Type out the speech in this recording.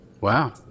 Wow